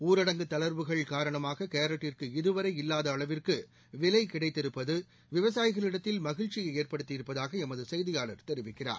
ஊரடங்கு தளர்வுகள் காரணமாககேரட்டிற்கு இதுவரை இல்லாதஅளவிற்குவிலைகிடைத்திருப்பதுவிவசாயிகளிடத்தில் மகிழ்ச்சியைஏற்படுத்தியிருப்பதாகளமதுசெய்தியாளர் தெரிவிக்கிறார்